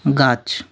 গাছ